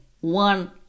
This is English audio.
one